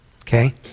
okay